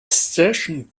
session